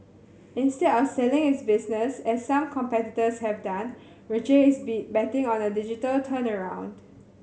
instead of selling its business as some competitors have done Roche is be betting on a digital turnaround